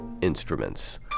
instruments